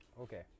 Okay